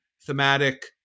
thematic